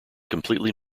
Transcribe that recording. completely